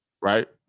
Right